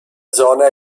zona